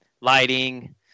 lighting